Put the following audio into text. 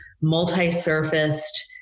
multi-surfaced